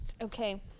Okay